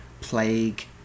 plague